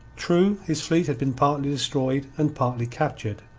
true, his fleet had been partly destroyed and partly captured.